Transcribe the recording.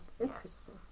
Interesting